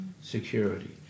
security